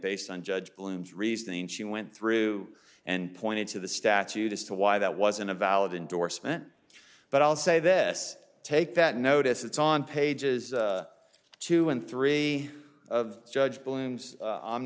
based on judge bloom's reasoning she went through and pointed to the statute as to why that wasn't a valid endorsement but i'll say this take that notice it's on pages two and three judge bloom's